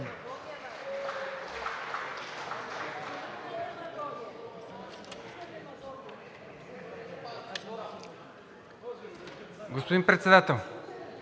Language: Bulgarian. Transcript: Господин Председател,